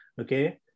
okay